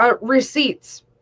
receipts